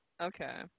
Okay